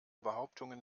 behauptungen